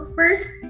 first